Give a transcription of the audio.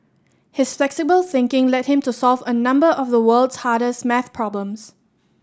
his flexible thinking led him to solve a number of the world's hardest maths problems